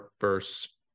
verse